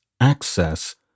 access